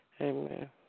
Amen